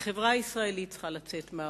החברה הישראלית צריכה לצאת מהארון.